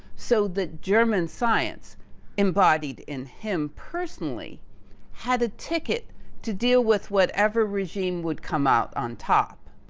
so the german science embodied in him personally had a ticket to deal with whatever regime would come out on top.